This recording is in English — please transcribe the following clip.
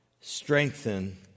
strengthen